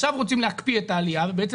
עכשיו רוצים להקפיא את העלייה ובעצם